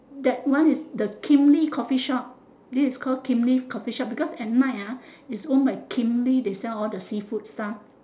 that one is the kim-lee coffee shop this is called kim-lee coffee shop because at night ah is own by kim-lee they sell all the seafood stuff